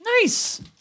nice